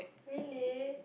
really